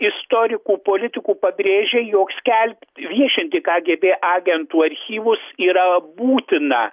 istorikų politikų pabrėžia jog skelbt viešinti kagėbė agentų archyvus yra būtina